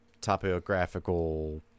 topographical